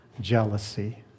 jealousy